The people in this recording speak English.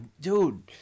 dude